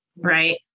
right